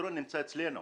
הפתרון נמצא אצלנו.